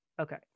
Okay